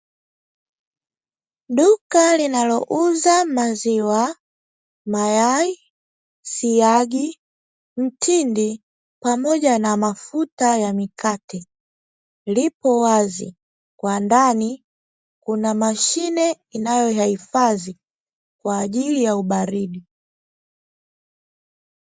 Duka linalouza maziwa, mayai, siagi, mtindi, pamoja na mafuta ya mikate, lipo wazi. Kwa ndani kuna mashine inayoyahifadhi kwa ajili ya ubaridi.